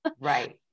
Right